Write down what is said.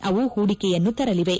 ಅವು ಹೂಡಿಕೆಯನ್ನು ತರಲಿವೆ